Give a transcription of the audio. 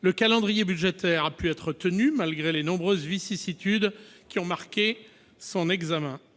Le calendrier budgétaire a pu être tenu, malgré les nombreuses vicissitudes qui ont marqué l'examen du texte :